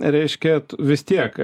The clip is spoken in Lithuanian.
reiškia vis tiek